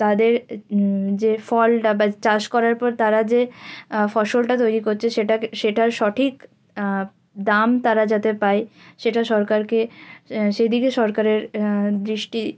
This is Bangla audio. তাদের যে ফলটা বা চাষ করার পর তারা যে ফসলটা তৈরি করছে সেটাকে সেটার সঠিক দাম তারা যাতে পায় সেটা সরকারকে সেদিকে সরকারের দৃষ্টি